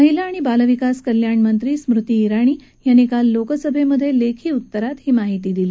महिला आणि बालविकास मंत्री स्मृती ईराणी यांनी काल लोकसभेत लेखी उत्तरात ही माहिती दिली